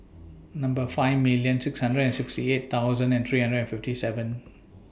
Number five million six hundred and sixty eight thousand and three hundred and fifty seven